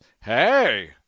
hey